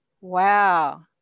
Wow